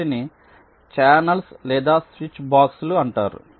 వాటిని ఛానెల్స్ లేదా స్విచ్ బాక్స్లు అంటారు